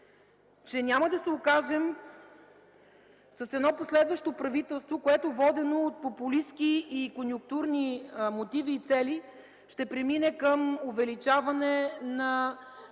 че няма да се окажем с едно последващо правителство, което, водено от популистки и конюнктурни мотиви и цели, ще премине към увеличаване на